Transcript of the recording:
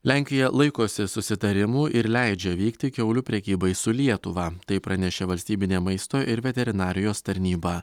lenkija laikosi susitarimų ir leidžia vykti kiaulių prekybai su lietuva tai pranešė valstybinė maisto ir veterinarijos tarnyba